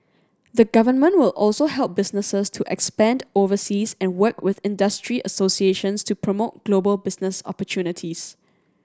the Government will also help businesses to expand overseas and work with industry associations to promote global business opportunities